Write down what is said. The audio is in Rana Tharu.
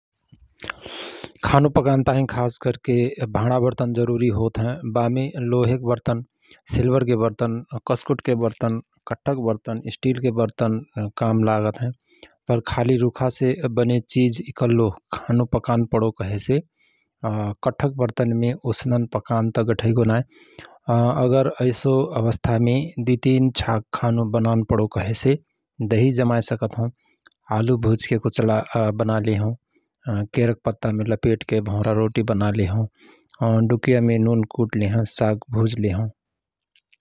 खानु पकान ताहिं खास करके भाँडा वर्तन जरुरी होत हय । बामे लोहके वर्तन, सिल्भरके वर्तन, कस्कुटके वर्तन कठ्ठाक वर्तन स्टीलके वर्तन काम लागत हएं । पर खाली रुखासे बने चिझ इकल्लो खानु पकान पणो कहेसे कठ्ठक वर्तन मे उसनन् पकान त गठैगो नाय अगर ऐसो अवस्थामे २/३ छाक खानु बनान पणो कहेसे दहि जमाए सकत हओं, आलु भुजके कुचला बनाएलेहओं, केराके पत्तामे लपेटके भौरा रोटी बनालेहओं, डुकियामे नुन कुटलेहओं साग भुजलेहओं ।